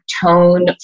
tone